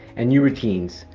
and new routines.